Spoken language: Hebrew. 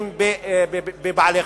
לבעלי-חיים.